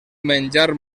menjar